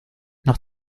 nach